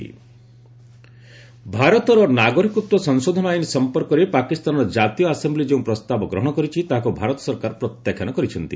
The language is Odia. ଇଣ୍ଡିଆ ପାକ୍ ଭାରତର ନାଗରିକତ୍ୱ ସଂଶୋଧନ ଆଇନ ସଫପର୍କରେ ପାକିସ୍ତାନର ଜାତୀୟ ଆସେମ୍ପି ଯେଉଁ ପ୍ରସ୍ତାବ ଗ୍ରହଣ କରିଛି ତାହାକୁ ଭାରତ ସରକାର ପ୍ରତ୍ୟାଖ୍ୟାନ କରିଛନ୍ତି